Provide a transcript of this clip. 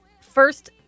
first